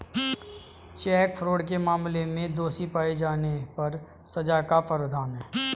check fraud के मामले में दोषी पाए जाने पर सजा का प्रावधान है